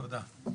תודה.